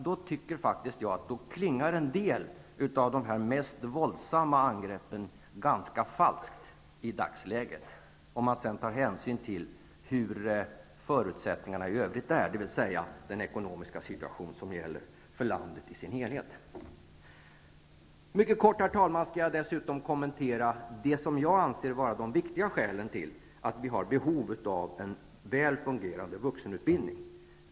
Jag tycker faktiskt att en del av de mest våldsamma angreppen klingar ganska falskt i dagsläget om man tar hänsyn till hur förutsättningarna i övrigt är, dvs. den rådande ekonomiska situationen för landet i dess helhet. Herr talman! Jag skall mycket kort kommentera de enligt min mening viktiga skälen till att vi har behov av en väl fungerande vuxenutbildning.